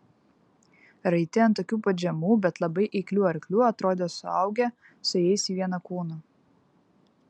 raiti ant tokių pat žemų bet labai eiklių arklių atrodė suaugę su jais į vieną kūną